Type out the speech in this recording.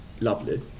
lovely